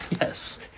Yes